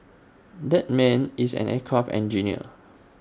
that man is an aircraft engineer